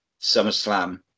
SummerSlam